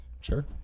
Sure